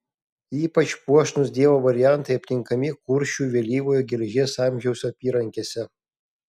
ypač puošnūs dievo variantai aptinkami kuršių vėlyvojo geležies amžiaus apyrankėse